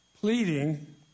pleading